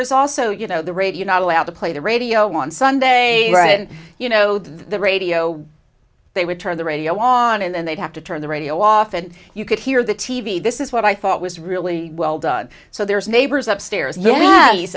was also you know the radio not allowed to play the radio on sunday you know the radio they would turn the radio on and they'd have to turn the radio off and you could hear the t v this is what i thought was really well done so there's neighbors upstairs